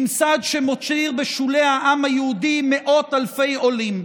ממסד שמותיר בשולי העם היהודי מאות אלפי עולים.